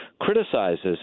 criticizes